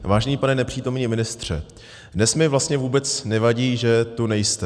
Vážený pane nepřítomný ministře, dnes mi vlastně vůbec nevadí, že tu nejste.